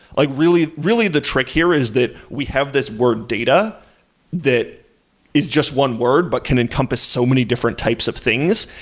like really, the trick here is that we have this word data that is just one word, but can encompass so many different types of things.